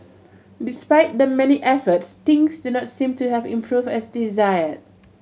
despite the many efforts things do not seem to have improved as desired